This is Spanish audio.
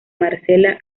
marsella